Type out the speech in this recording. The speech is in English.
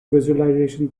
visualization